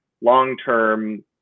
long-term